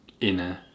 inner